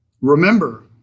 Remember